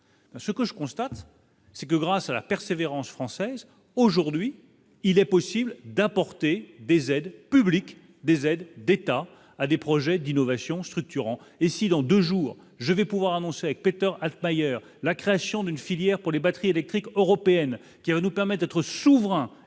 Ce que je constate c'est que grâce à la persévérance française aujourd'hui, il est possible d'apporter des aides publiques des aides d'État à des projets d'innovation structurants et si dans 2 jours, je vais pouvoir annoncer avec Peter Altmayer, la création d'une filière pour les batteries électriques européennes qui nous permettent d'être souverain